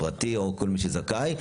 פרטי או מי שזכאי,